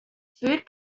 food